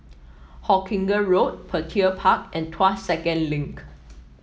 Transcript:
Hawkinge Road Petir Park and Tuas Second Link